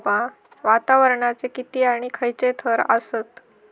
वातावरणाचे किती आणि खैयचे थर आसत?